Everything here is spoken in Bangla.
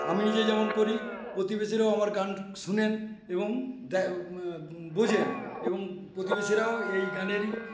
আমি নিজে যেমন করি প্রতিবেশীরাও আমার গান শোনেন এবং বোঝেন এবং প্রতিবেশীরাও এই গানেরই